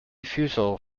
futile